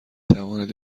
توانید